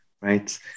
right